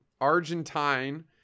Argentine